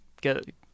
get